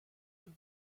have